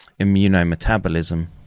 immunometabolism